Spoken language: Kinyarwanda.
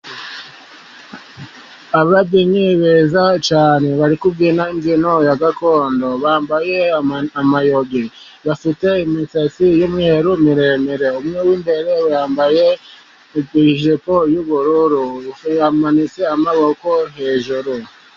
Ababyinnyi beza cyane bari kubyina imbyino ya gakondo bambaye amayogi, bafite imisatsi y'umweru miremire, umwe wimbere yambaye ijipo yubururu, yamanitse amaboko hejuru.